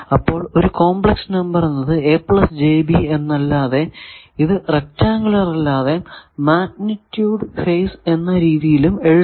അപ്പോൾ ഒരു complex number എന്നത് എന്നതല്ലാതെ ഇത് റെക്ടാങ്കുലർ അല്ലാതെ മാഗ്നിറ്റൂഡ് ഫേസ് എന്ന രീതിയിലും എഴുതാം